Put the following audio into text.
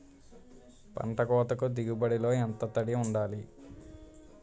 పంట కోతకు దిగుబడి లో ఎంత తడి వుండాలి?